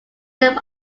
them